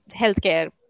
healthcare